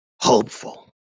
Hopeful